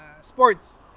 sports